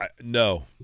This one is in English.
No